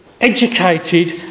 educated